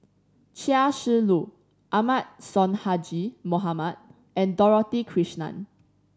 Chia Shi Lu Ahmad Sonhadji Mohamad and Dorothy Krishnan